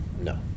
no